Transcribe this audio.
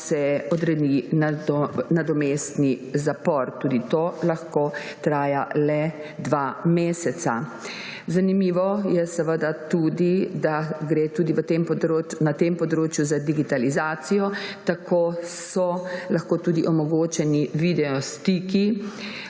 se odredi nadomestni zapor. Tudi to lahko traja le dva meseca. Zanimivo je, da gre tudi na tem področju za digitalizacijo. Tako so lahko omogočeni videostiki